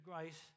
grace